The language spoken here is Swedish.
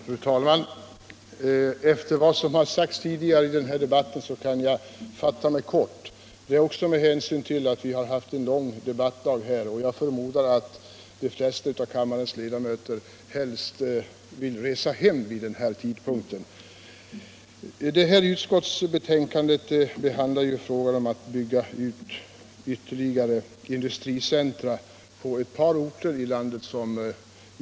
Fru talman! Efter vad som har sagts tidigare i den här debatten kan jag fatta mig kort — detta också med hänsyn till att vi har haft en lång debattdag. Jag förmodar att de flesta av kammarens ledamöter helst vill resa hem vid den här tidpunkten. Utskottsbetänkandet behandlar frågan om att bygga ut ytterligare industricentra på ett par orter i landet.